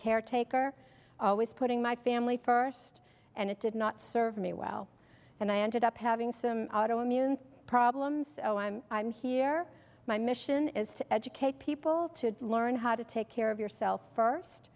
caretaker always putting my family first and it did not serve me well and i ended up having some auto immune problems oh i'm i'm here my mission is to educate people to learn how to take care of yourself first